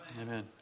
Amen